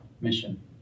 mission